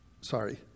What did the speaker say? sorry